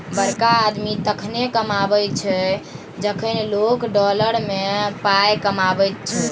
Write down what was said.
बड़का आदमी तखने कहाबै छै जखन लोक डॉलर मे पाय कमाबैत छै